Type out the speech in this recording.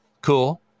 cool